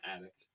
addict